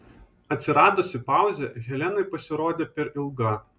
atsiradusi pauzė helenai pasirodė per ilga